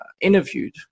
interviewed